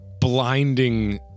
blinding